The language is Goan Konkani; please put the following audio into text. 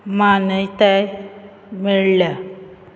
मान्यताय मेळ्ळ्या